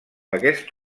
aquest